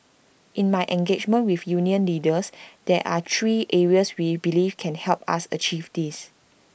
in my engagement with union leaders there are three areas we believe can help us achieve this